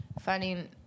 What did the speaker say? finding